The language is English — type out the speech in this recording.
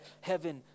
heaven